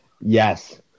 Yes